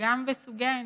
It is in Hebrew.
וגם בסוגי האנרגיה.